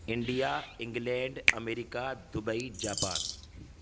India England America Dubai Japan